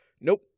Nope